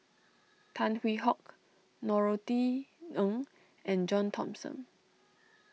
Tan Hwee Hock Norothy Ng and John Thomson